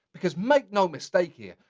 because make no mistake here,